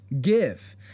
give